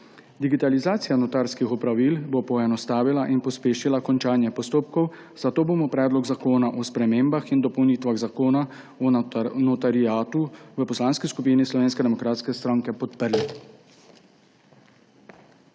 Digitalizacija notarskih opravil bo poenostavila in pospešila končanje postopkov, zato bomo Predlog zakona o spremembah in dopolnitvah Zakona o notariatu v Poslanski skupini Slovenske demokratske stranke podprli.